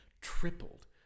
tripled